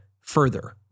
further